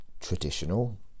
traditional